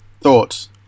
Thoughts